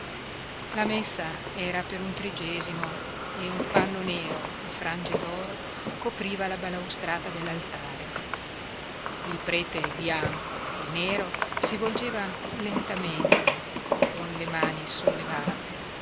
la messa era per un trigesimo e un panno nero a frange d'oro copriva la balaustrata dell'altare il prete bianco e nero si volgeva lentamente con le mani sollevate